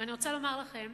אני רוצה לומר לכם,